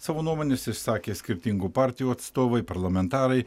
savo nuomones išsakė skirtingų partijų atstovai parlamentarai